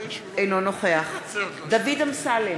אינו נוכח דוד אמסלם,